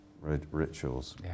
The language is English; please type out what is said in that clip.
rituals